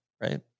right